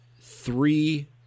three